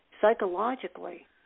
psychologically